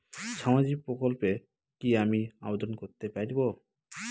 সামাজিক প্রকল্পে কি আমি আবেদন করতে পারবো?